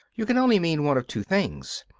you can only mean one of two things.